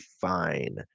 fine